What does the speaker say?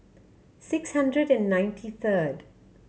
six hundred and ninety third